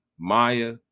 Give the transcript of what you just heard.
Maya